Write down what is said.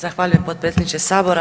Zahvaljujem potpredsjedniče Sabora.